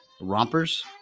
rompers